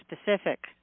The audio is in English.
specific